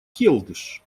келдыш